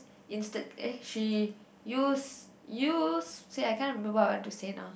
Instead she use use see I can't remember what I want to say now